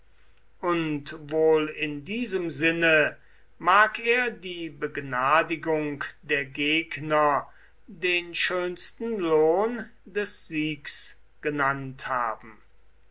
und wohl in diesem sinne mag er die begnadigung der gegner den schönsten lohn des siegs genannt haben